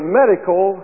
medical